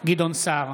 גדעון סער,